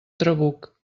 trabuc